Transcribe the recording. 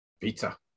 Pizza